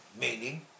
meaning